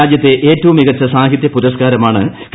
രാജ്യത്തെ ഏറ്റവും മികച്ച സാഹിത്യ പുരസ്കാരമാണ് കെ